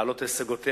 להעלות את השגותיהם,